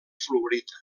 fluorita